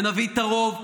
ונביא את הרוב.